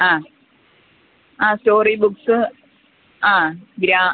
ആ ആ story books ആ ഗ്രാ